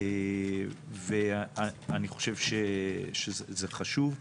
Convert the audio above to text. ואני חושב שזה חשוב.